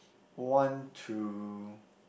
want to